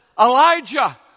Elijah